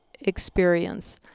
experience